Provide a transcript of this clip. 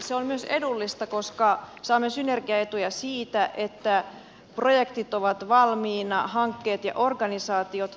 se on myös edullista koska saamme synergiaetuja siitä että projektit ovat valmiina hankkeet ja organisaatiot